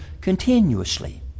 continuously